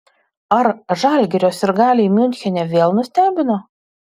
ar žalgirio sirgaliai miunchene vėl nustebino